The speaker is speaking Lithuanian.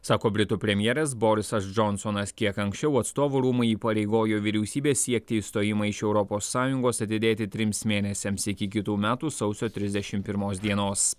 sako britų premjeras borisas džonsonas kiek anksčiau atstovų rūmai įpareigojo vyriausybę siekti išstojimą iš europos sąjungos atidėti trims mėnesiams iki kitų metų sausio trisdešim pirmos dienos